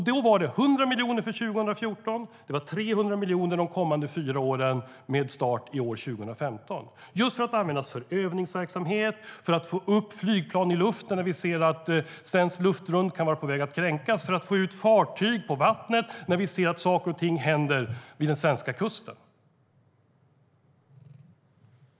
Det var 100 miljoner för 2014 och 300 miljoner de kommande fyra åren, med start i år, 2015, för att användas för övningsverksamhet, för att få upp flygplan i luften när vi ser att svenskt luftrum kan vara på väg att kränkas och för att få ut fartyg på vattnet när vi ser att saker och ting händer vid den svenska kusten.